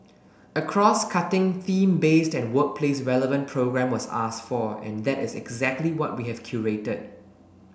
a crosscutting theme based and workplace relevant programme was asked for and that is exactly what we have curated